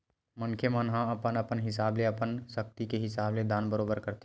मनखे मन ह अपन अपन हिसाब ले अपन सक्ति के हिसाब ले दान बरोबर करथे